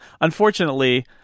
unfortunately